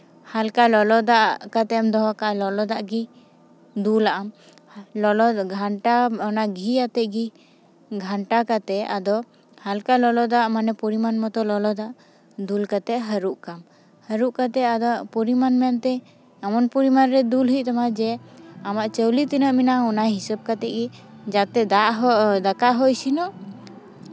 ᱦᱟᱞᱠᱟ ᱞᱚᱞᱚ ᱫᱟᱜ ᱠᱟᱛᱮᱢ ᱫᱚᱦᱚ ᱠᱟᱜᱼᱟ ᱞᱚᱞᱚ ᱫᱟᱜ ᱜᱮ ᱫᱩᱞᱟᱜ ᱟᱢ ᱞᱚᱞᱚ ᱜᱷᱟᱱᱴᱟ ᱚᱱᱟ ᱜᱷᱤᱭᱟᱛᱮᱫ ᱜᱮ ᱜᱷᱟᱱᱴᱟ ᱠᱟᱛᱮᱫ ᱟᱫᱚ ᱦᱟᱞᱠᱟ ᱞᱚᱞᱚ ᱫᱟᱜ ᱢᱟᱱᱮ ᱯᱚᱨᱤᱢᱟᱱ ᱢᱚᱛᱚ ᱞᱚᱞᱚ ᱫᱟᱜ ᱫᱩᱞ ᱠᱟᱛᱮᱫ ᱦᱟᱹᱨᱩᱵ ᱠᱟᱜ ᱟᱢ ᱦᱟᱹᱨᱩᱵ ᱠᱟᱛᱮᱫ ᱟᱫᱚ ᱯᱚᱨᱤᱢᱟᱱ ᱢᱮᱱᱛᱮ ᱮᱢᱚᱱ ᱯᱚᱨᱤᱢᱟ ᱨᱮ ᱫᱩᱞ ᱦᱩᱭᱩᱜ ᱛᱟᱢᱟ ᱡᱮ ᱟᱢᱟᱜ ᱪᱟᱣᱞᱮ ᱛᱤᱱᱟᱹᱜ ᱢᱮᱱᱟᱜᱼᱟ ᱚᱱᱟ ᱦᱤᱥᱟᱹᱵ ᱠᱟᱛᱮᱫ ᱜᱮ ᱡᱟᱛᱮ ᱫᱟᱜ ᱦᱚᱸ ᱫᱟᱠᱟ ᱦᱚᱸ ᱤᱥᱤᱱᱚᱜ